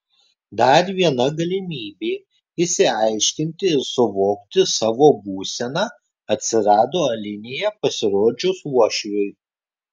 dar viena galimybė išsiaiškinti ir suvokti savo būseną atsirado alinėje pasirodžius uošviui